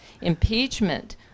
impeachment